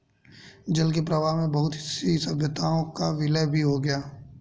जल के प्रवाह में बहुत सी सभ्यताओं का विलय भी हो गया